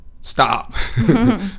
stop